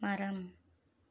மரம்